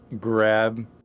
Grab